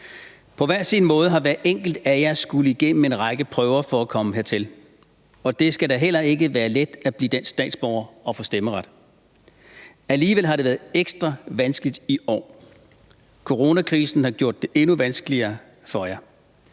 På hver sin måde har hver enkelt af jer skullet igennem en række prøver for at komme hertil, og det skal da heller ikke være let at blive dansk statsborger og få stemmeret. Alligevel har det været ekstra vanskeligt i år. Coronakrisen har gjort det endnu vanskeligere for jer.